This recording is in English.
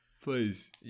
Please